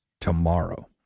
tomorrow